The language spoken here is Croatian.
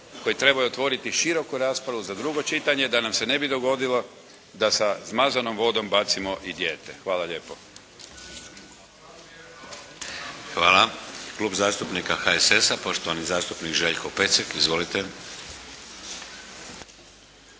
koji trebaju otvoriti široku raspravu za drugo čitanje da nam se ne bi dogodilo da sa zmazanom vodom bacimo i dijete. Hvala lijepo. **Šeks, Vladimir (HDZ)** Hvala. Klub zastupnika HSS-a, poštovani zastupnik Željko Pecek. Izvolite.